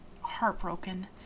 heartbroken